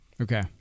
Okay